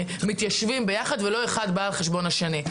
מתיישבים יחד ואף אחד לא בא על חשבון השני.